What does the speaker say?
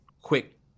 quick